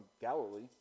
Galilee